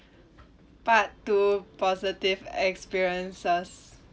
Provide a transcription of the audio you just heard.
part two positive experiences